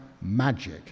magic